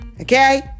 Okay